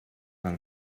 del